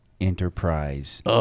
enterprise